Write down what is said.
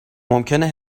ممکنه